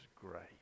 great